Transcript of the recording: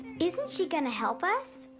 isn't she gonna to help us?